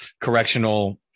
correctional